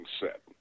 set